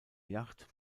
yacht